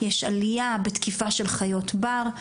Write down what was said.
יש עלייה בתקיפה של חיות בר,